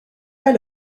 pas